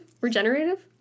Regenerative